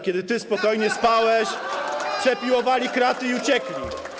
Kiedy ty spokojnie spałeś, przepiłowali kraty i uciekli.